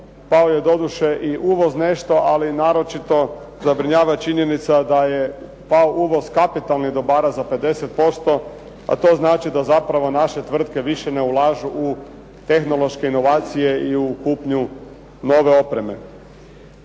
pao je doduše i uvoz nešto ali naročito zabrinjava činjenica da je pao uvoz kapitalnih dobara za 50%, a to znači da zapravo naše tvrtke više ne ulažu u tehnološke inovacije i u kupnju nove opreme.